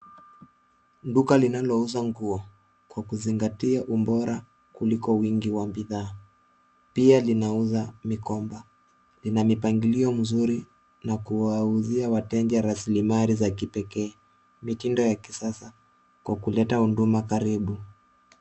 Duka linalouza nguo kwa kuzingatia ubora kuliko wingi wa bidhaa pia linauza mikoba lina mipangilio mzuri na kuwauzia wateja rasilimali za kipekee mitindo ya kisasa kwa kuleta huduma karibu